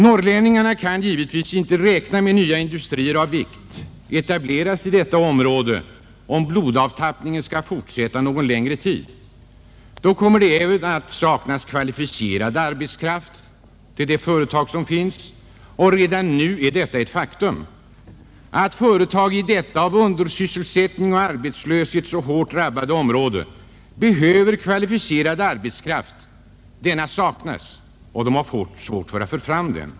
Norrlänningarna kan givetvis inte räkna med att nya industrier av vikt etableras i detta område, om blodavtappningen skall fortsätta någon längre tid. Då kommer det även att saknas kvalificerad arbetskraft till de företag som finns. Redan nu är det ett faktum, att företag i detta av undersysselsättning och arbetslöshet så hårt drabbade område behöver kvalificerad arbetskraft men att sådan saknas och det är svårt att få fram den.